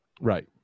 Right